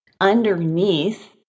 underneath